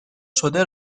شده